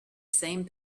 same